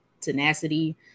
tenacity